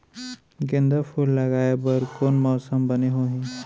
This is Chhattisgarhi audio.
गेंदा फूल लगाए बर कोन मौसम बने होही?